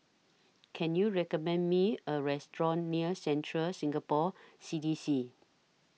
Can YOU recommend Me A Restaurant near Central Singapore C D C